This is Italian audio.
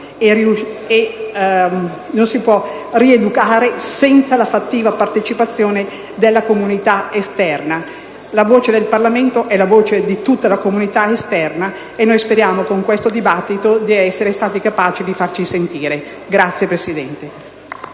che non si può rieducare senza la fattiva partecipazione della comunità esterna. La voce del Parlamento è la voce di tutta la comunità esterna: speriamo con questo dibattito di essere stati capaci di farci sentire. *(Applausi